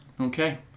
okay